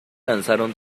lanzaron